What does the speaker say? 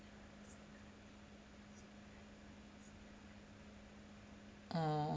orh